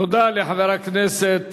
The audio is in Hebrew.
תודה לחבר הכנסת